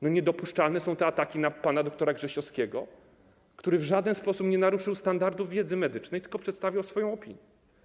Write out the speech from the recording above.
Niedopuszczalne są ataki na pana dra Grzesiowskiego, który w żaden sposób nie naruszył standardów wiedzy medycznej, tylko przedstawiał swoją opinię.